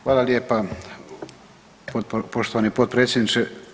Hvala lijepa, poštovani potpredsjedniče.